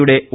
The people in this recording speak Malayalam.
യുടെ ഒ